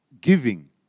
giving